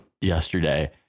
yesterday